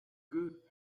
good